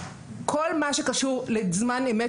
כל מה שקשור לזמן אמת,